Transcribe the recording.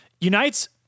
unites –